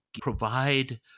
provide